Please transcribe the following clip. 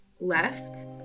left